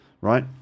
right